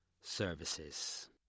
Services